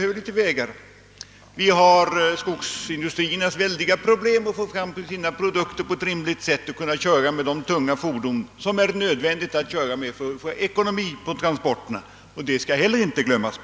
Där har t. ex, skogsindustrierna oerhörda problem med att få sina produkter transporterade på rimligt sätt. De måste kunna köra med tunga fordon för att transporterna skall bli ekonomiska.